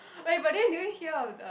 wait but then did you here of the